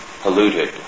polluted